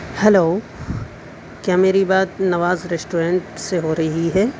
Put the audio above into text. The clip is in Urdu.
ہلو کیا میری بات نواز ریسٹورنٹ سے ہو رہی ہے